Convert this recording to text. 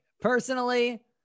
Personally